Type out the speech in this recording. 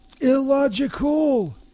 Illogical